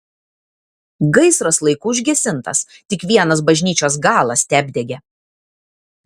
gaisras laiku užgesintas tik vienas bažnyčios galas teapdegė